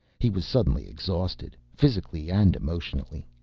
he was suddenly exhausted, physically and emotionally.